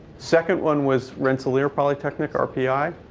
second one was rensselaer polytechnic, rpi.